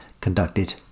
conducted